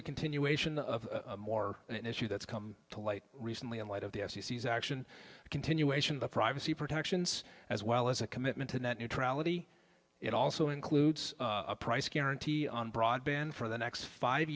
a continuation of more an issue that's come to light recently in light of the action a continuation of the privacy protections as well as a commitment to net neutrality it also includes a price guarantee on broadband for the next five